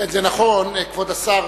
כן, זה נכון, כבוד השר.